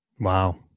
Wow